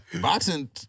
Boxing